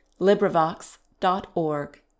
LibriVox.org